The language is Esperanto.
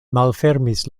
malfermis